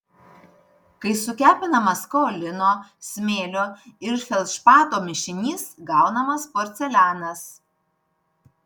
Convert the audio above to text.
kai sukepinamas kaolino smėlio ir feldšpato mišinys gaunamas porcelianas